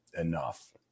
enough